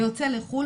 ויוצא לחו"ל,